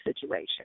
situation